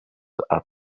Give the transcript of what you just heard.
are